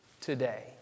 today